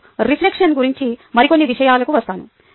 ఇప్పుడు రిఫ్లెక్ట్షన్ గురించి మరికొన్ని విషయాలకు వస్తాను